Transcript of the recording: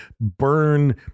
burn